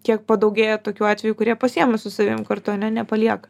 kiek padaugėjo tokių atvejų kurie pasiėmus su savim kartu a ne nepalieka